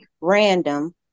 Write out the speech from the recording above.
random